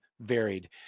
varied